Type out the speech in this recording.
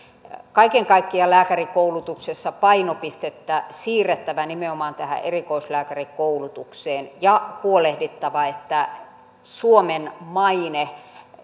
kaiken kaikkiaan lääkärikoulutuksessa painopistettä siirrettävä nimenomaan tähän erikoislääkärikoulutukseen ja huolehdittava että suomen maine